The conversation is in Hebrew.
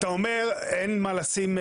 אתה אומר אין מה לשים,